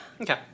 Okay